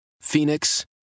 Phoenix